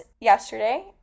yesterday